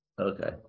Okay